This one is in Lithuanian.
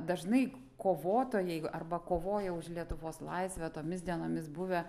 dažnai kovotojai arba kovoję už lietuvos laisvę tomis dienomis buvę